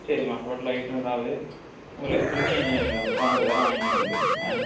சரிம்மா டோட்டல்லா eight hundred ஆகுது கொஞ்சம் லெஸ் பண்ணி சவன் ஹண்ட்ரட் தரேன் வாங்கிக்கோங்க உங்களுக்கு ஆ